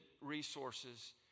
resources